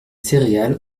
céréales